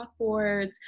chalkboards